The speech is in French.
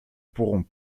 pourrons